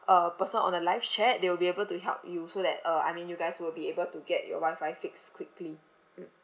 uh person on the live chat they will be able to help you so that uh I mean you guys will be able to get your wifi fixed quickly mm